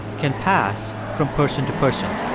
can pass from person to person.